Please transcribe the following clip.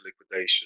liquidation